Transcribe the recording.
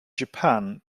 japan